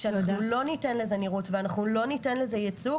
כשאנחנו לא ניתן לזה נראות ולא ניתן לזה ייצוג